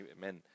men